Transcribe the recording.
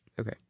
Okay